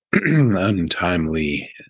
untimely